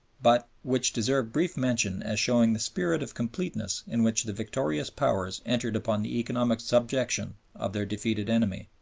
but which deserve brief mention as showing the spirit of completeness in which the victorious powers entered upon the economic subjection of their defeated enemy.